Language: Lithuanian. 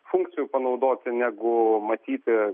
funkcijų panaudoti negu matyti